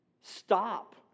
stop